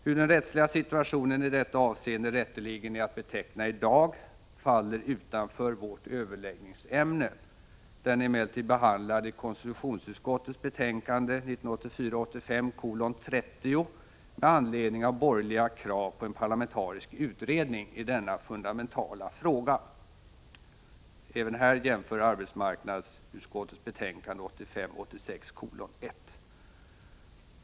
Hur den rättsliga situationen i detta avseende rätteligen är att beteckna i dag faller utanför vårt överläggningsämne; den är emellertid behandlad i konstitutionsutskottets betänkande 1984 86:1.